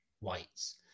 whites